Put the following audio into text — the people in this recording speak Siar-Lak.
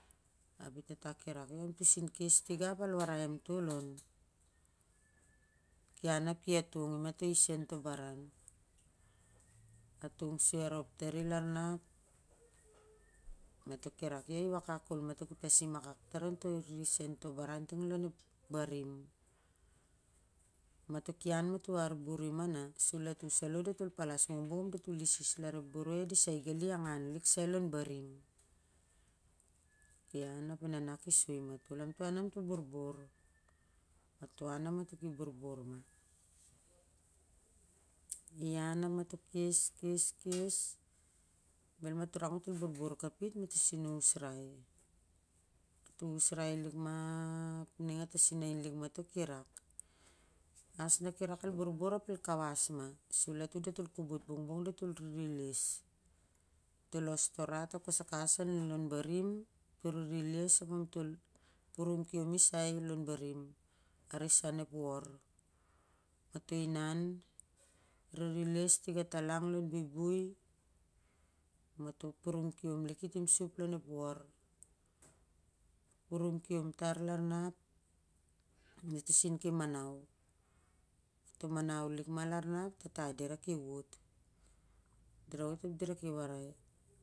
Ap i e tata ki rak io amto sin kes tigan ap al warai am tol, ian ap ki atong i ma to isen to nbaran atong soi a rop tar i lar na ap io i akak kol mato ki tasim akak tar on to isen to naran ting lon ep barim, matoh ki ah ma mato arburima na latu salo datol palas bongbong ap datol isis lar ep boroi a disai gali i ngan li ai lon barim ian ap e nana ki soi matol am to inan ma am to borbor mato n ap amto ki borbor ian ap mato kes, kes, kes, bel mato rak matol borbor kepit ma toh sin usrai, matoh usrai lik ma ap itik a tasinain lik matol ki rak as na ki rak el borbor ap el kawas ma sur latu datol kobot bongbong datol ririles datol riri les ap satol purum kiom i sai lon barim asisan ep wor, mato inah ririles tigatalng lon buibui ap matoh purim kioni timsup lon ep wor purim kiom tar i lar na ap mato siu ki manau mat manau lik ma lar na tata dirau ki wot ap dira ki warai.